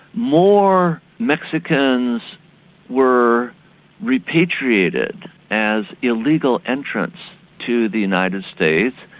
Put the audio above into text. more mexicans were repatriated as illegal entrants to the united states,